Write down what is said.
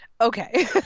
Okay